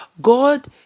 god